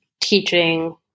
teaching